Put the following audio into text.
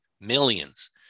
millions